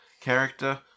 character